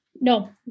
No